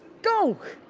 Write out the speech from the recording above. go!